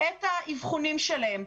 את האבחונים שלהם.